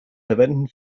verwenden